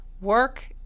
work